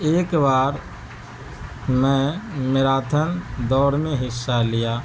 ایک بار میں میراتھن دوڑ میں حصہ لیا